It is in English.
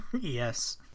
Yes